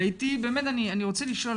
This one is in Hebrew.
ואני רוצה לשאול,